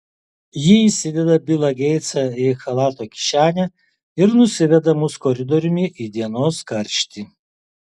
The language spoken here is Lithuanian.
ji įsideda bilą geitsą į chalato kišenę ir nusiveda mus koridoriumi į dienos karštį